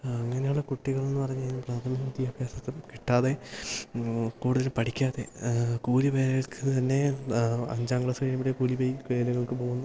അങ്ങനെയുള്ള കുട്ടികളെന്നു പറഞ്ഞുകഴിഞ്ഞാല് പ്രാഥമിക വിദ്യാഭ്യാസം കിട്ടാതെ കൂടുതൽ പഠിക്കാതെ കൂലി വേലകൾക്കു തന്നെ അഞ്ചാം ക്ലാസ് കഴിയുമ്പോഴേ കൂലിവേലകൾക്കു പോകുന്ന